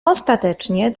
ostatecznie